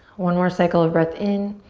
one more cycle of breath in